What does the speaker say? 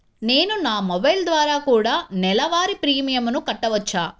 నేను నా మొబైల్ ద్వారా కూడ నెల వారి ప్రీమియంను కట్టావచ్చా?